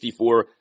64